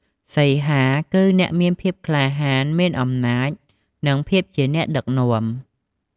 សីហា គឺអ្នកមានភាពក្លាហាន មានអំណាច និង ភាពជាអ្នកដឹកនាំ។